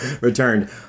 returned